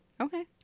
Okay